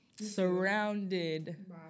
surrounded